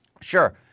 Sure